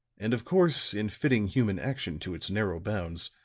and of course, in fitting human action to its narrow bounds,